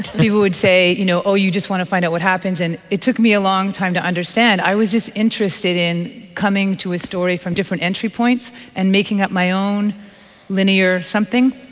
people would say, you know oh, you just want to find out what happens. and it took me a long time to understand, i was just interested in coming to a story from different entry points and making up my own linear something.